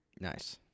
Nice